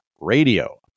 radio